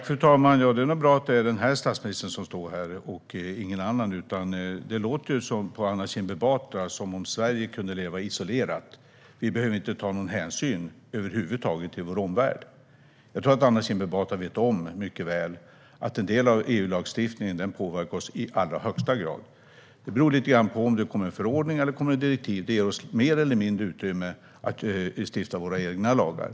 Fru talman! Det är nog bra att det är den här statsministern som står här och ingen annan. Det låter på Anna Kinberg Batra som om Sverige skulle kunna leva isolerat och att vi över huvud taget inte behöver ta någon hänsyn till vår omvärld. Jag tror att Anna Kinberg Batra mycket väl vet att en del av EU-lagstiftningen påverkar oss i allra högsta grad. Lite grann beroende på om det kommer förordningar eller direktiv ger det oss mer eller mindre utrymme att stifta våra egna lagar.